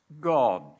God